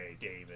David